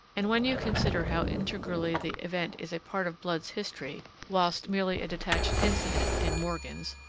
and when you consider how integrally the event is a part of blood's history whilst merely a detached incident in morgan's